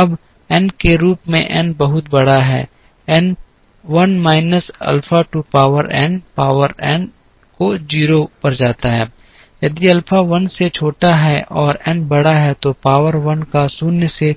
अब n के रूप में n बहुत बड़ा है 1 minus alpha to power n power n को 0 पर जाता है यदि अल्फा 1 से छोटा है और n बड़ा है तो पावर 1 का शून्य से